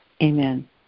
Amen